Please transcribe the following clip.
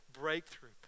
Breakthrough